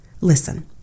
Listen